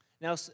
Now